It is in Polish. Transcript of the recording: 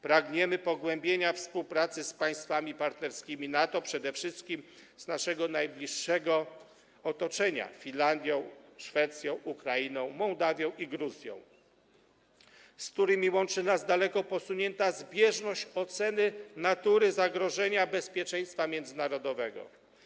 Pragniemy pogłębienia współpracy z państwami partnerskimi NATO, przede wszystkim z naszego najbliższego otoczenia: Finlandią, Szwecją, Ukrainą, Mołdawią i Gruzją, z którymi łączy nas daleko posunięta zbieżność oceny natury zagrożenia bezpieczeństwa międzynarodowego.